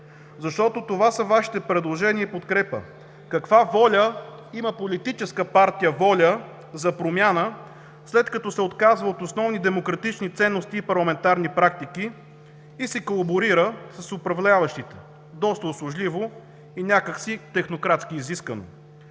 Защото това са Вашите предложения и подкрепа. Каква воля има Политическа партия „Воля“ за промяна, след като се отказва от основни демократични ценности и парламентарни практики и се колаборира с управляващите доста услужливо и някак си технократски изискано.